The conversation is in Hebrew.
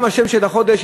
גם השם של החודש,